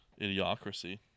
Idiocracy